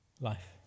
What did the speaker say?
life